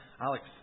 Alex